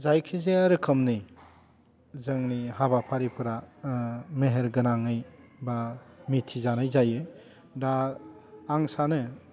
जायखिजाया रोखोमनि जोंनि हाबाफारिफ्रा मेहेर गोनाङै बा मिथि जानाय जायो दा आं सानो